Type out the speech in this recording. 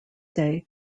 day